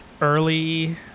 early